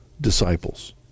disciples